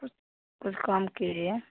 कुछ कुछ कम कीजिए